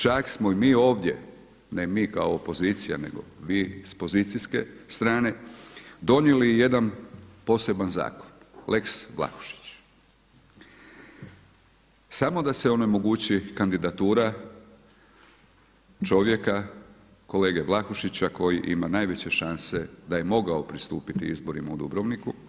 Čak smo i mi ovdje, ne mi kao opozicija, nego vi s pozicijske strane donijeli jedan poseban zakon lex Vlahušić, samo da se onemogući kandidatura čovjeka kolege Vlahušića koji ima najveće šanse da je mogao pristupiti izborima u Dubrovniku.